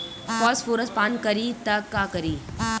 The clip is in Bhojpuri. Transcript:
फॉस्फोरस पान करी त का करी?